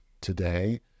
today